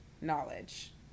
knowledge